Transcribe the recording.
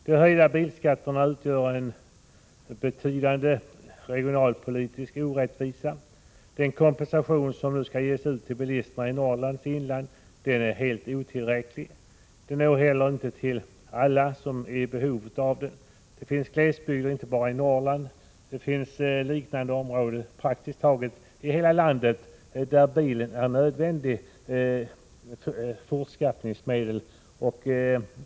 De höjda bilskatterna utgör en betydande regionalpolitisk orättvisa. Den kompensation som skall ges till bilisterna i Norrlands inland är helt otillräcklig. Den når inte heller alla som skulle vara i behov av den. Det finns glesbygder inte bara i Norrland. Det finns liknande områden i praktiskt taget hela landet, och i dessa är bilen ett nödvändigt fortskaffningsmedel.